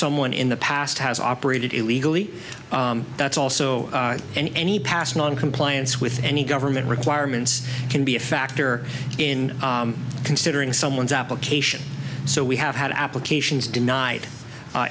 someone in the past has operated illegally that's also in any past noncompliance with any government requirements can be a factor in considering someone's application so we have had applications denied